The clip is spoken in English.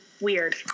weird